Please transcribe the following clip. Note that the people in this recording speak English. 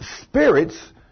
spirits